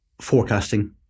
forecasting